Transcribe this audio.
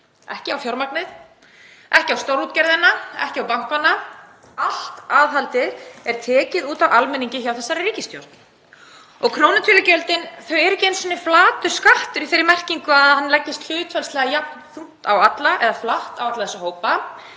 ekki á fjármagnið, ekki á stórútgerðina og ekki á bankana. Allt aðhaldið er tekið út á almenningi hjá þessari ríkisstjórn. Krónutölugjöldin eru ekki einu sinni flatur skattur í þeirri merkingu að hann leggist hlutfallslega jafn þungt á alla eða flatt á alla þessa hópa.